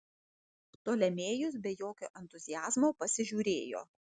ptolemėjus be jokio entuziazmo pasižiūrėjo